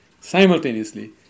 simultaneously